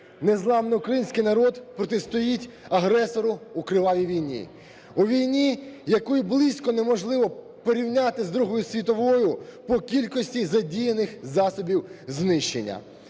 незламний український народ протистоїть агресору у кривавій війні, у війні, яку й близько неможливо порівняти з Другою світовою по кількості задіяних засобів знищення.